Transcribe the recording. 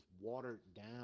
watered-down